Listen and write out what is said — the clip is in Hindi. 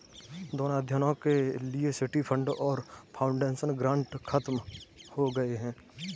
दोनों अध्ययनों के लिए सिटी फंड और फाउंडेशन ग्रांट खत्म हो गए हैं